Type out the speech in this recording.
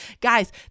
Guys